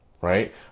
right